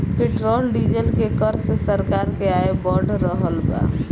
petrol diesel के कर से सरकार के आय बढ़ रहल बा